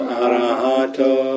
arahato